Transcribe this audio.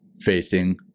facing